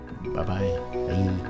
Bye-bye